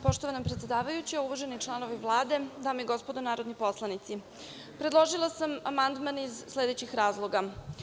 Poštovana predsedavajuća, uvaženi članovi Vlade, dame i gospodo narodni poslanici, predložila sam amandman iz sledećih razloga.